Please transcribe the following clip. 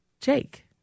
Jake